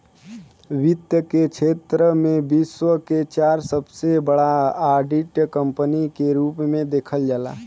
वित्त के क्षेत्र में विश्व में चार सबसे बड़ा ऑडिट कंपनी के रूप में देखल जाला